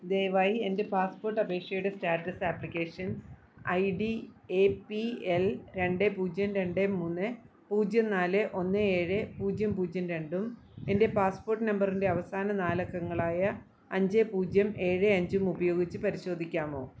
ദയവായി എൻ്റെ പാസ്പോട്ടപേക്ഷയുടെ status application I D A L രണ്ട് പൂജ്യം രണ്ട് മൂന്ന് പൂജ്യം നാല് ഒന്ന് ഏഴ് പൂജ്യം പൂജ്യം രണ്ടും എൻ്റെ പാസ്പോർട്ട് നമ്പറിൻ്റെ അവസാന നാലക്കങ്ങളായ അഞ്ച് പൂജ്യം ഏഴ് അഞ്ചും ഉപയോഗിച്ച് പരിശോധിക്കാമോ